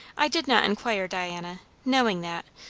i did not inquire, diana knowing that,